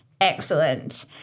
Excellent